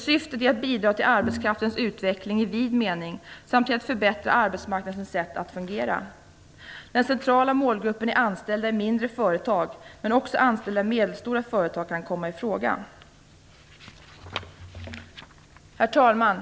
Syftet är att bidra till arbetskraftens utveckling i vid mening samt till att förbättra arbetsmarknadens sätt att fungera. Den centrala målgruppen är anställda i mindre företag, men också anställda i medelstora företag kan komma i fråga. Herr talman!